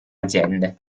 aziende